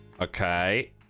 Okay